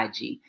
IG